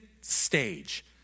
stage